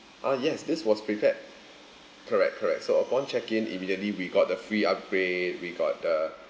ah yes this was prepared correct correct so upon check in immediately we got the free upgrade we got the